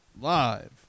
live